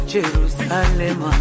Jerusalem